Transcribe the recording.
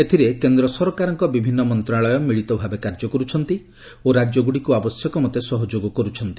ଏଥିରେ କେନ୍ଦ୍ର ସରକାରଙ୍କ ବିଭିନ୍ନ ମନ୍ତ୍ରଣାଳୟ ମିଳିତ ଭାବେ କାର୍ଯ୍ୟ କରୁଛନ୍ତି ଓ ରାଜ୍ୟ ଗୁଡ଼ିକୁ ଆବଶ୍ୟକ ମତେ ସହଯୋଗ କରୁଛନ୍ତି